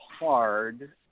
hard